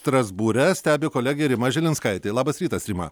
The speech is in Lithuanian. strasbūre stebi kolegė rima žilinskaitė labas rytas rima